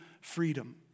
freedom